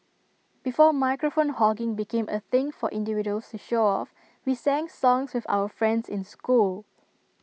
before microphone hogging became A thing for individuals to show off we sang songs with our friends in school